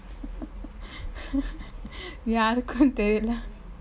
யாருக்கு தெரிலெ:yaarukku therile